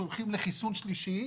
כשהולכים לחיסון שלישי?